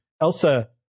Elsa